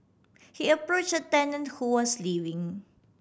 he approach a tenant who was leaving